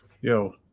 Yo